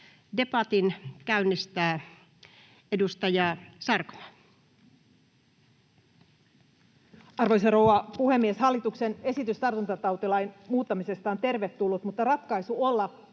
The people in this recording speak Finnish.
14:13 Content: Arvoisa rouva puhemies! Hallituksen esitys tartuntatautilain muuttamisesta on tervetullut, mutta ratkaisu olla